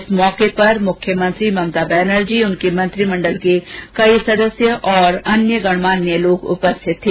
इस अवसर पर मुख्यमंत्री ममता बनर्जी उनके मंत्रिमंडल के कई सदस्य और अन्य गणमान्य लोग भी उपस्थित थे